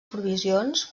provisions